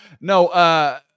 no –